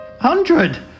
hundred